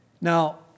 Now